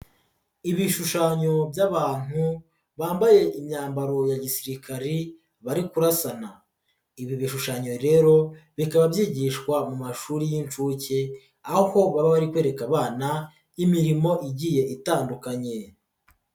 Ibishushanyo by'abantu bambaye imyambaro ya gisirikare bari kurasana, ibi bishushanyo rero bikaba byigishwa mu mashuri y'inshuke aho ko baba bari kwereka abana imirimo igiye itandukanye.